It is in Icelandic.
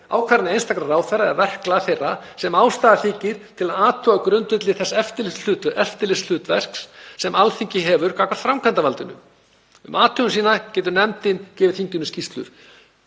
ákvarðanir einstakra ráðherra eða verklag þeirra sem ástæða þykir til að athuga á grundvelli þess eftirlitshlutverks sem Alþingi hefur gagnvart framkvæmdarvaldinu. […] Um athugun sína getur nefndin gefið þinginu skýrslu.“